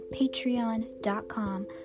patreon.com